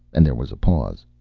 and there was a pause.